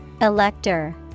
Elector